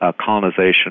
colonization